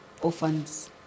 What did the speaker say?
orphans